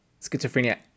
schizophrenia